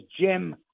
Jim